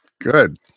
Good